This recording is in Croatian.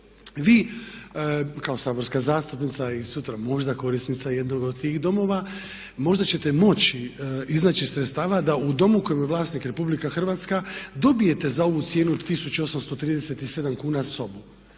vi kao saborska zastupnica i sutra možda korisnica jednog od tih domova možda ćete moći iznaći sredstava da u domu u kojem je vlasnik RH dobijete za ovu cijenu od 1837 kuna sobu.